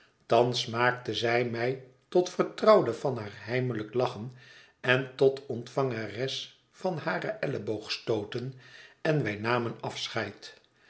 thans maakte zij mij tot vertrouwde van haar heimelijk lachen en tot ontvangeres van hare elleboogstooten en wij namen afscheid